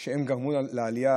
הם שגרמו לעלייה